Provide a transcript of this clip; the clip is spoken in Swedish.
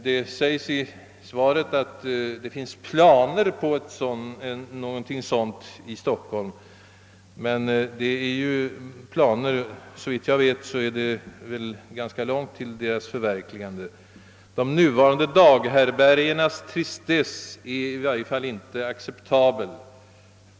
Det sägs i svaret att det finns »planer på» någonting sådant i Stockholm. Men det är alltså planer, och såvitt jag vet är det långt till dessas förverkligande. De nuvarande daghärbärgenas tristess är i varje fall inte acceptabel.